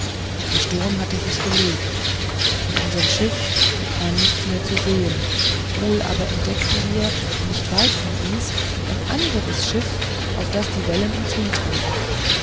der sturm hatte sich gelegt von unserem schiff war nichts mehr zu sehen wohl aber entdeckten wir nicht weit von uns ein anderes schiff auf das die wellen uns hintrieben